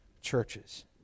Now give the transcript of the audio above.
churches